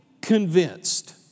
convinced